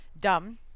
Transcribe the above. dumb